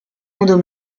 modo